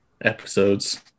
episodes